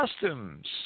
customs